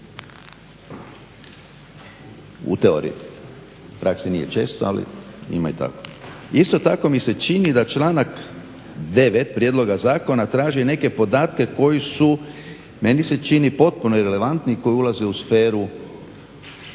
u teoriji. U praksi nije često, ali ima i takvih. Isto tako mi se čini da članak 9. prijedloga zakona traži neke podatke koji su meni se čini potpuno irelevantni i koji ulaze u sferu